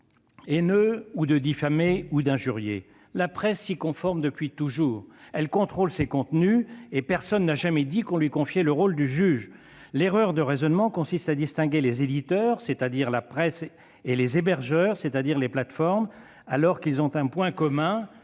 haineux, de diffamer ou d'injurier. La presse s'y conforme depuis toujours, elle contrôle ses contenus et personne n'a jamais dit qu'on lui confiait le rôle du juge. L'erreur de raisonnement consiste à distinguer les éditeurs, c'est-à-dire la presse, et les hébergeurs, autrement dit les plateformes, alors qu'ils ont un point commun